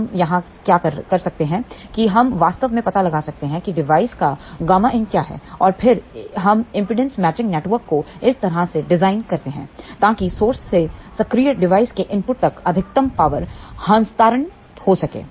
हम यहां क्या कर सकते हैं कि हम वास्तव में पता लगा सकते हैं किडिवाइस का ƬIN क्या है और फिर हम इंपेडेंस मैचिंग नेटवर्क को इस तरह से डिजाइन करते हैं ता कि स्रोत से सक्रिय डिवाइस के इनपुट तक अधिकतम पावर हस्तांतरण हो सके